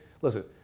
listen